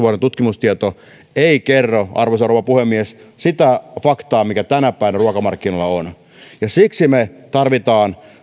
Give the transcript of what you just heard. tutkimustieto ei kerro arvoisa rouva puhemies sitä faktaa mikä tänä päivänä ruokamarkkinoilla on ja siksi me tarvitsemme